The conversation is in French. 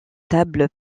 table